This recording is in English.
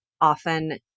often